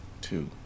Two